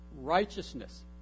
righteousness